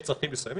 יש צרכים מסוימים.